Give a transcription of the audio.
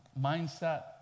mindset